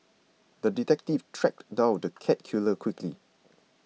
the detective tracked down the cat killer quickly